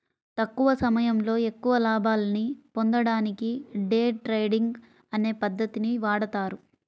తక్కువ సమయంలో ఎక్కువ లాభాల్ని పొందడానికి డే ట్రేడింగ్ అనే పద్ధతిని వాడతారు